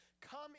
come